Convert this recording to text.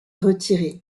retiré